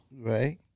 Right